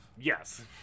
Yes